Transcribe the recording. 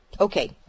Okay